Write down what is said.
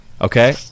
Okay